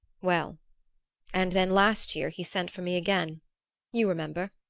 well and then last year he sent for me again you remember.